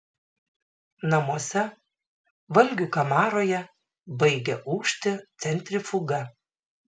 namuose valgių kamaroje baigia ūžti centrifuga